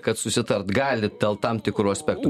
kad susitart gali dėl tam tikrų aspektų